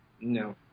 no